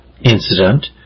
incident